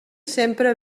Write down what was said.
sempre